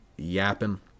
yapping